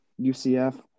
UCF